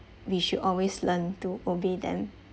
we should always learn to obey them